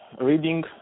reading